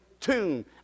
tune